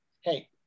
hey